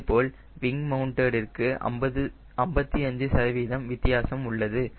இதேபோல் wing mounted ற்கு 55 வித்தியாசம் உள்ளது